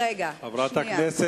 אנחנו פה מדברים על אלימות פיזית.